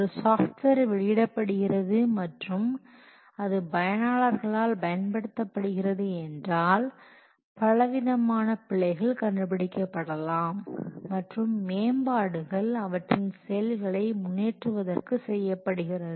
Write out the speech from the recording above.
ஒரு சாஃப்ட்வேர் வெளியிடப்படுகிறது மற்றும் அது பயனாளர்களால் பயன்படுத்தப்படுகிறது என்றால் பலவிதமான பிழைகள் கண்டுபிடிக்கப்படலாம் மற்றும் மேம்பாடுகள் அவற்றின் செயல்களை முன்னேற்றுவதற்கு செய்யப்படுகிறது